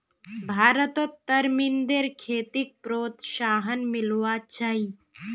भारतत तरमिंदेर खेतीक प्रोत्साहन मिलवा चाही